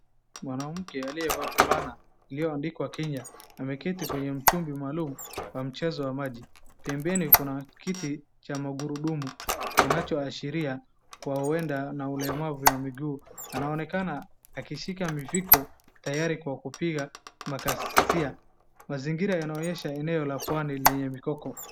Mwanamke aliyevaa fulana iliyoandikwa Kenya ameketi kwenye mtungi maalum wa mchezo wa maji. Pembeni kuna kiti cha magurudumu kinachoashiria kwa uenda na ulemavu wa miguu. Anaonekana akishika miviko tayari kwa kupiga makasia. Mazingira yanaonyesha eneo la pwani lenye mikoko.